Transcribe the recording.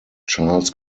charles